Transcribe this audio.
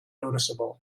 noticeable